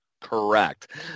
Correct